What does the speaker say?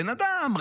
בן אדם,